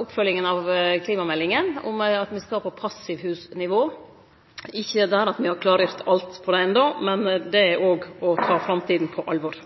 oppfølginga av klimameldinga, at me skal på passivhusnivå. Me er ikkje der at me har klargjort alt enno, men det er òg å ta framtida på alvor.